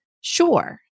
Sure